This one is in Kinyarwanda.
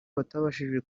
batabashije